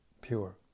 pure